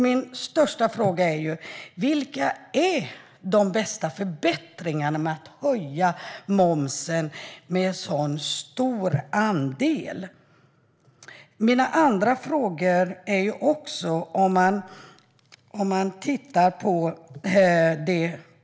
Min största fråga är: Vilka är de bästa förbättringarna med att höja momsen med en så stor andel? Jag har också andra frågor.